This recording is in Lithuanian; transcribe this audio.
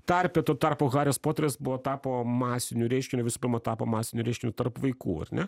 tarpe tuo tarpu haris poteris buvo tapo masiniu reiškiniu visų pirma tapo masiniu reiškiniu tarp vaikų ar ne